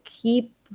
keep